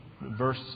verse